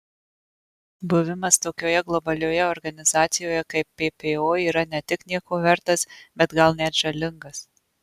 buvimas tokioje globalioje organizacijoje kaip ppo yra ne tik nieko vertas bet gal net žalingas